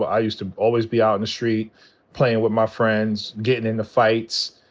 i used to always be out in the street playin' with my friends, gettin' into fights,